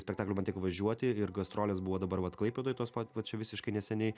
spektaklių man tik važiuoti ir gastrolės buvo dabar vat klaipėdoj tos pat vat čia visiškai neseniai